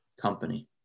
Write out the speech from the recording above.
company